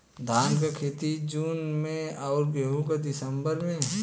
धान क खेती जून में अउर गेहूँ क दिसंबर में?